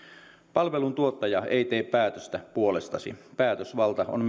palveluntuottaja ei tee päätöstä puolestasi päätösvalta on